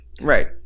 Right